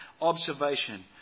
observation